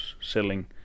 selling